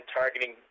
targeting